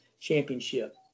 championship